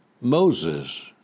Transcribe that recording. Moses